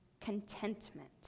contentment